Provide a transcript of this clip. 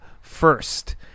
first